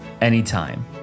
anytime